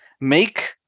Make